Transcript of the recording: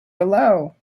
below